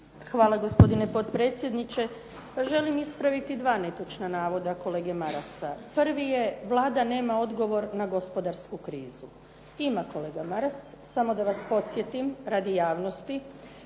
Hvala, gospodine potpredsjedniče. Želim ispraviti dva netočna navoda kolege Marasa. Prvi je, Vlada nema odgovor na gospodarsku krizu. Ima, kolega Maras. Samo da vas podsjetim radi javnosti,